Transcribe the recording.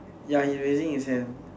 ya he raising his hand